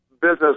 business